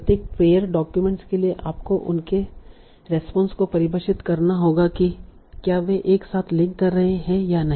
प्रत्येक pair documents के लिए आपको उनके रेस्पोंस को परिभाषित करना होगा कि क्या वे एक साथ लिंक कर रहे हैं या नहीं